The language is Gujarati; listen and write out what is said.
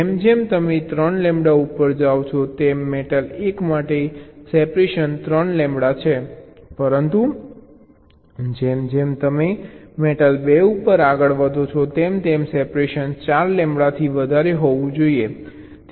જેમ જેમ તમે 3 લેમ્બડા ઉપર જાઓ છો તેમ મેટલ 1 માટે સેપરેશન 3 લેમ્બડા છે પરંતુ જેમ જેમ તમે મેટલ 2 ઉપર આગળ વધો છો તેમ તેમ સેપરેશન 4 લેમ્બડાથી વધારે હોવું જોઈએ